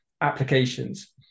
applications